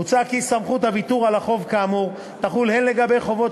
מוצע כי סמכות הוויתור על החוב כאמור תחול הן על חובות